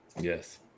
Yes